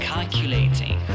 Calculating